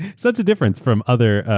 such a difference from other